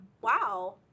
Wow